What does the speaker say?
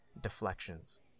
deflections